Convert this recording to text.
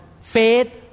faith